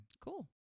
Cool